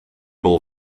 bol